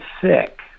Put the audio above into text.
sick